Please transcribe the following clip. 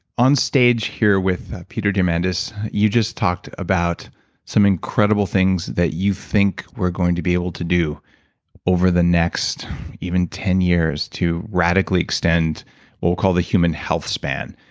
on stage here with peter diamandis, you just talked about some incredible things that you think we're going to be able to do over the next even ten years to radically extend what we call the human health span,